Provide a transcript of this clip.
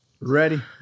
Ready